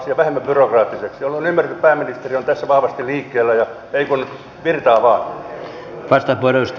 olen ymmärtänyt että pääministeri on tässä vahvasti liikkellä joten ei kuin virtaa vaan